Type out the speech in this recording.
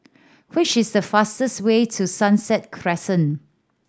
which is the fastest way to Sunset Crescent